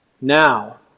now